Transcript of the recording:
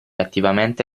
attivamente